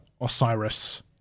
Osiris